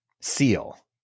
seal